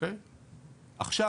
עכשיו